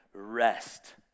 Rest